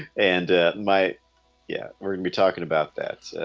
and my yeah, we're gonna be talking about that